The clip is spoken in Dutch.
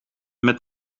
met